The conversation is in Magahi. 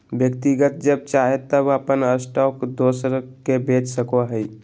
व्यक्ति जब चाहे तब अपन स्टॉक दोसर के बेच सको हइ